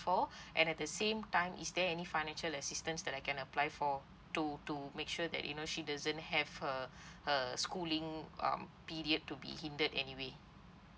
for and at the same time is there any financial assistance that I can apply for to to make sure that you know she doesn't have her her schooling um period to be hindered anyway